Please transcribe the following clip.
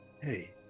Hey